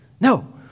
No